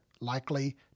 likely